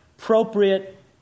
Appropriate